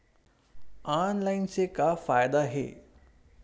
Online से का फ़ायदा हे?